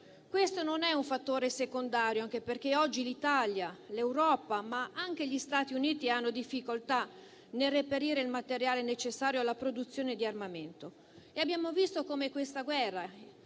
Questo non è un fattore secondario, anche perché oggi l'Italia, l'Europa, ma anche gli Stati Uniti hanno difficoltà nel reperire il materiale necessario alla produzione di armamento. E abbiamo visto come di fronte